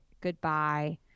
goodbye